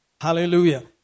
Hallelujah